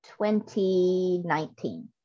2019